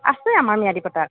আছে আমাৰ ম্যাদী পট্টা